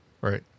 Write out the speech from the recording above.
Right